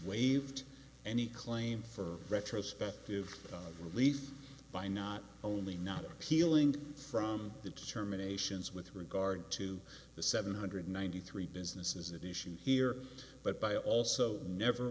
waived any claim for retrospective relief by not only not appealing from the terminations with regard to the seven hundred ninety three businesses that issue here but by also never